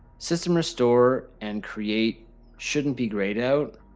system restore and create shouldn't be grayed out.